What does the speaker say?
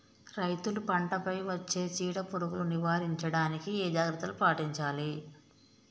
రైతులు పంట పై వచ్చే చీడ పురుగులు నివారించడానికి ఏ జాగ్రత్తలు పాటించాలి?